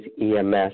EMS